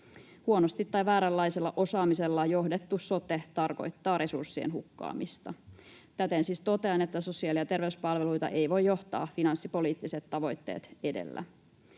Huonosti tai vääränlaisella osaamisella johdettu sote tarkoittaa resurssien hukkaamista. Täten siis totean, että sosiaali- ja terveyspalveluita ei voi johtaa finanssipoliittiset tavoitteet edellä.